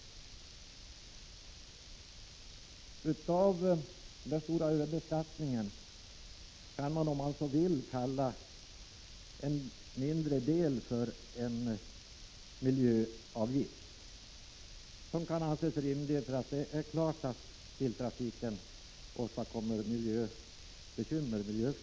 En mindre del av denna överbeskattning kan man, om man så vill, kalla för en miljöavgift, som kan anses rimlig. Det är klart att biltrafiken åstadkommer skador på miljön.